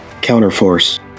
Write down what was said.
counterforce